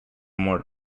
more